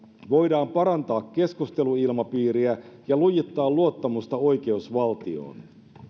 voidaan parantaa keskusteluilmapiiriä ja lujittaa luottamusta oikeusvaltioon